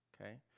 okay